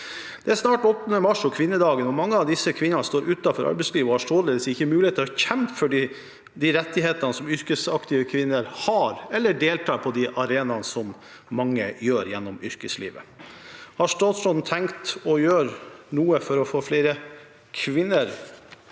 Det er snart 8. mars og kvinnedagen, og mange av disse kvinnene står utenfor arbeidslivet og har således ikke muligheter til å kjempe for de rettighetene som yrkesaktive kvinner har, eller delta på de arenaene som mange gjør gjennom yrkeslivet. Har statsråden tenkt å gjøre noe for å få flere kvinner